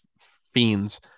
Fiends